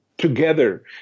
Together